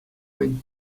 мӗн